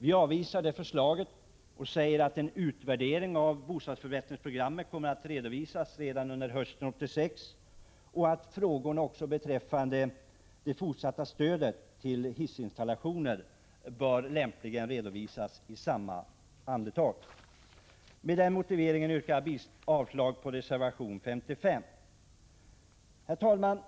Vi avvisar det förslaget och säger att en utvärdering av bostadsförbättringsprogrammet kommer att redovisas redan under hösten 1986 och att frågor beträffande det fortsatta stödet till hissinstallationer lämpligen redovisas i samma andetag. Med den motiveringen yrkar jag avslag på reservation 55. Herr talman!